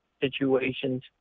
situations